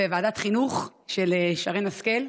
בוועדת החינוך של שרן השכל,